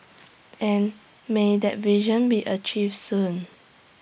and may that vision be achieved soon